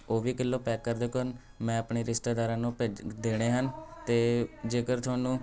ਉਹ ਵੀ kilo pack ਕਰ ਦਿਓ ਕਨ ਮੈਂ ਆਪਣੇ ਰਿਸ਼ਤੇਦਾਰਾਂ ਨੂੰ ਭੇਜ ਦੇਣੇ ਹਨ ਅਤੇ ਜੇਕਰ ਤੁਹਾਨੂੰ